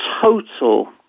total